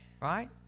right